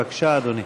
בבקשה, אדוני.